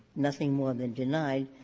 nothing more than denied,